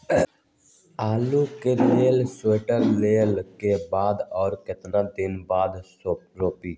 आलु को cold store से ले के कब और कितना दिन बाद रोपे?